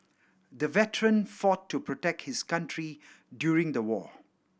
the veteran fought to protect his country during the war